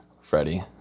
Freddie